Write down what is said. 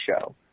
show